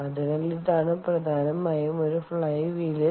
അതിനാൽ ഇതാണ് പ്രധാനമായും ഒരു ഫ്ലൈ വീൽ